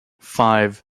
five